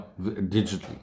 Digitally